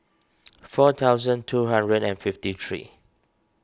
four thousand two hundred and fifty three